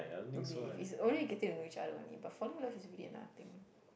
don't be if it's only getting to know each other only but falling in love is really another thing